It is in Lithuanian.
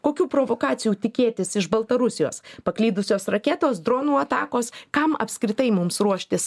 kokių provokacijų tikėtis iš baltarusijos paklydusios raketos dronų atakos kam apskritai mums ruoštis